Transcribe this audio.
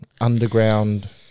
underground